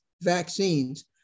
vaccines